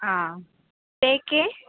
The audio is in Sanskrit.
आ ते के